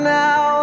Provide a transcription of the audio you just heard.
now